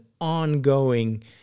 ongoing